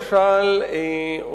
למשל,